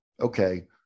okay